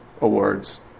awards